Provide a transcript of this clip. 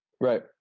Right